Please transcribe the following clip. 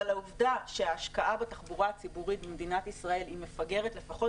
אבל העובדה שההשקעה בתחבורה הציבורית במדינת ישראל היא מפגרת לפחות